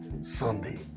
sunday